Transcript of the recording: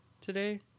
today